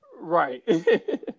Right